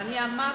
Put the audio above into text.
לא שמעתי.